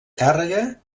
càrrega